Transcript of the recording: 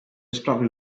sprawił